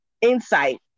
insight